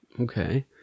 Okay